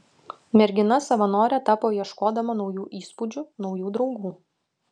mergina savanore tapo ieškodama naujų įspūdžių naujų draugų